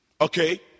okay